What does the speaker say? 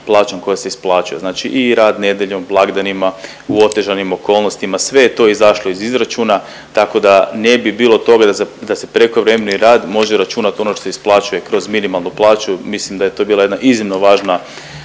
plaćom koja se isplaćuje. Znači i rad nedjeljom, blagdanima, u otežanim okolnostima sve je to izašlo iz izračuna tako da ne bi bilo toga da se prekovremeni rad može računat ono što se isplaćuje kroz minimalnu plaću. Mislim da je to bila jedna iznimno važna